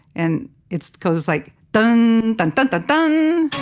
and it goes like, thun thun thun thun thun